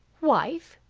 wife!